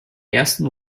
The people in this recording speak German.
ersten